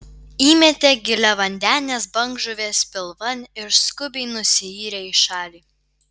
įmetė giliavandenės bangžuvės pilvan ir skubiai nusiyrė į šalį